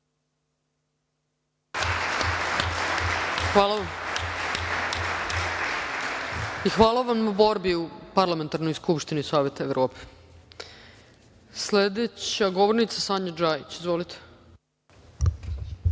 Hvala vam. Hvala vam na borbi u Parlamentarnoj skupštini Saveta Evrope. Sledeća govornica je Sanja Džajić. Izvolite. **Sanja